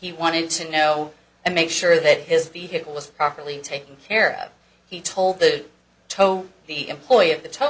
he wanted to know and make sure that his vehicle was properly taken care of he told the tow the employee of the to